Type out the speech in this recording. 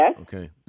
Okay